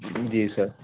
جی سر